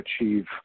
achieve